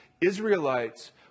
Israelites